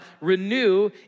renew